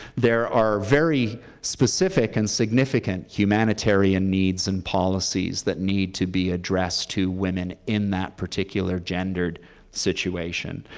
there are very specific and significant humanitarian needs and policies that need to be addressed to women in that particular gendered situation.